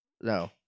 No